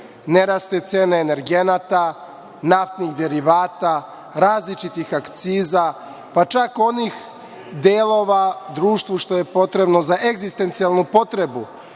ne rastu cene energenata, naftnih derivata, različitih akciza, pa čak onih delova u društvu što je potrebno za egzistencijalnu potrebu,